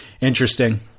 Interesting